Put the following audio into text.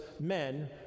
men